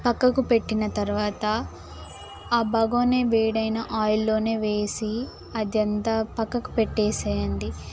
పక్కకు పెట్టిన తర్వాత ఆ బగోని వేడైన ఆయిల్లో వేసి అదంతా పక్కకు పెట్టేసేయండి